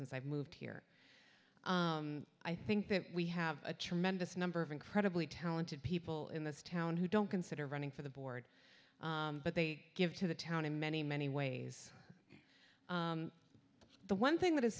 since i moved here i think that we have a tremendous number of incredibly talented people in this town who don't consider running for the board but they give to the town in many many ways the one thing that has